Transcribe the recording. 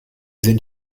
sind